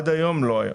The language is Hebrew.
עד היום לא היה.